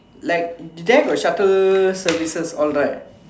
like there got shuttle services all right